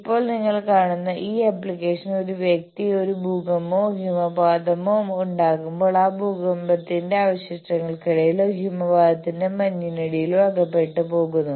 ഇപ്പോൾനിങ്ങൾ കാണുന്ന ഒരു ആപ്ലിക്കേഷൻ ഒരു വ്യക്തി ഒരു ഭൂകമ്പമോ ഹിമപാതമോ ഉണ്ടാകുമ്പോൾ ആ ഭൂകമ്പത്തിന്റെ അവശിഷ്ടങ്ങൾക്കടിയിലോ ഹിമപാതത്തിന്റെ മഞ്ഞിനടിയിലോ അകപ്പെട്ട് പോകുന്നു